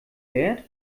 wert